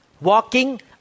Walking